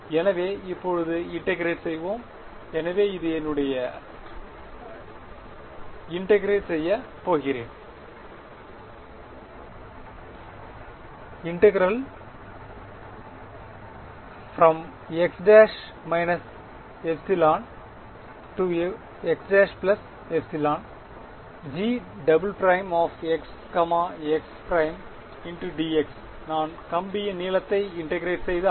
எனவே இப்போது இன்டெகிரேட் செய்வோம் எனவே இது என்னுடையது நான் இன்டெகிரேட் செய்ய போகிறேன் x′ εx′ε G′′x x′dx நான் கம்பியின் நீளத்தை இன்டெகிரேட் செய்தால்